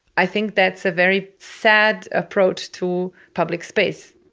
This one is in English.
i think that's a very sad approach to public space